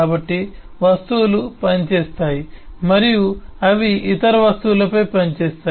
కాబట్టి వస్తువులు పనిచేస్తాయి మరియు అవి ఇతర వస్తువులపై పనిచేస్తాయి